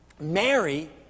Mary